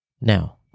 Now